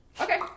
Okay